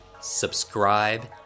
subscribe